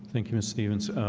thank you. mr. stevens.